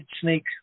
snake